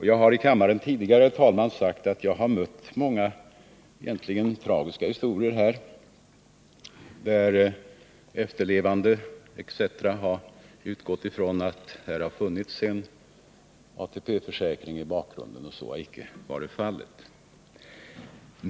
Jag har i kammaren tidigare sagt, herr talman, att jag har tagit del av många tragiska fall — när t.ex. efterlevande har utgått ifrån att en ATP-försäkring har funnits i bakgrunden men att så icke har varit fallet.